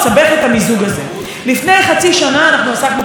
ברפורמה שנגעה לערוץ 20. שם,